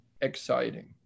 exciting